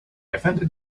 offended